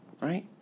Right